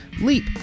LEAP